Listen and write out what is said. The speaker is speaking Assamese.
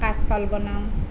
কাঁচকল বনাওঁ